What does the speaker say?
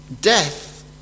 Death